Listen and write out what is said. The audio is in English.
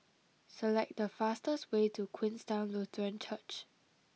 select the fastest way to Queenstown Lutheran Church